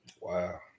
Wow